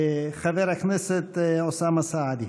חבר הכנסת אוסאמה סעדי.